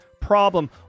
problem